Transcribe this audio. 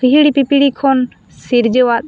ᱦᱤᱦᱤᱲᱤ ᱯᱤᱯᱤᱲᱤ ᱠᱷᱚᱱ ᱥᱤᱨᱡᱟᱹᱣᱟᱜ